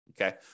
Okay